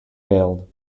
failed